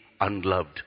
unloved